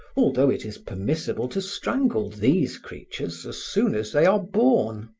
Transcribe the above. although it is permissible to strangle these creatures as soon as they are born.